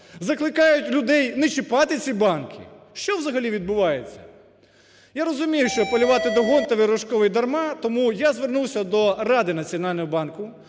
закликають людей не чіпати ці банки. Що взагалі відбувається?! Я розумію, що апелювати до Гонтаревої і Рожкової дарма, тому я звернувся до Ради Національного банку,